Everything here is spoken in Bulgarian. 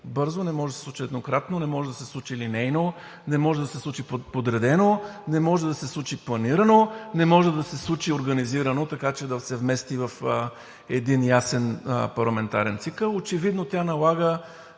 бързо, не може да се случи еднократно, не може да се случи линейно, не може да се случи подредено, не може да се случи планирано, не може да се случи организирано, така че да се вмести в един ясен парламентарен цикъл. Очевидно тя налага